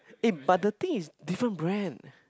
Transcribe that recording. eh but the thing is different brand